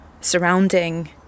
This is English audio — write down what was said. surrounding